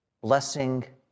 blessing